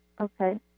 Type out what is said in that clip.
Okay